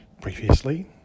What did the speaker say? previously